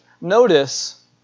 Notice